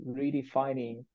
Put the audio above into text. redefining